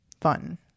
fun